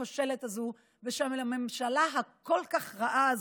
הכושלת הזו ושל הממשלה הכל-כך רעה הזו.